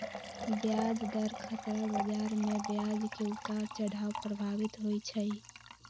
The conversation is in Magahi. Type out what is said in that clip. ब्याज दर खतरा बजार में ब्याज के उतार चढ़ाव प्रभावित होइ छइ